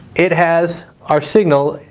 it has our signal,